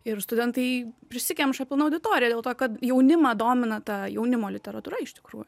ir studentai prisikemša pilna auditorija dėl to kad jaunimą domina ta jaunimo literatūra iš tikrųjų